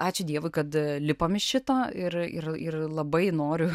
ačiū dievui kad lipome iš šito ir ir ir labai noriu